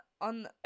on